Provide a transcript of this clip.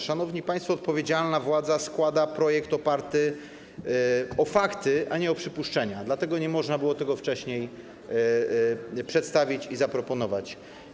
Szanowni państwo, odpowiedzialna władza składa projekt oparty na faktach, a nie na przypuszczeniach, dlatego nie można było tego wcześniej przedstawić i zaproponować.